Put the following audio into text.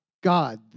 God